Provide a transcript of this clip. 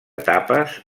tapes